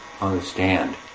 understand